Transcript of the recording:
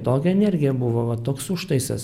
tokia energija buvo va toks užtaisas